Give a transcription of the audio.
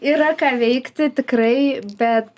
yra ką veikti tikrai bet